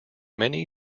many